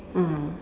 mm